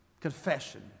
Confession